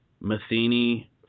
Matheny